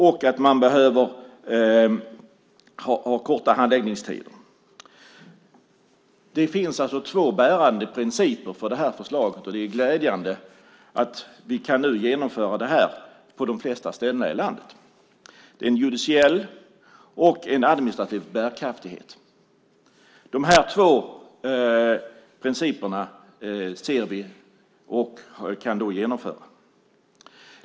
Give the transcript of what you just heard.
Dessutom behövs det korta handläggningstider. Det finns två bärande principer för det här förslaget. Det är glädjande att vi nu kan genomföra detta på de flesta ställen i landet. Det handlar om en judiciell och en administrativ bärkraft. De här två principerna kan vi nu genomföra.